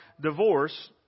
divorce